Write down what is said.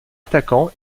attaquant